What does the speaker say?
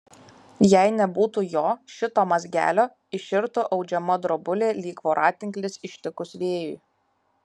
jei nebūtų jo šito mazgelio iširtų audžiama drobulė lyg voratinklis ištikus vėjui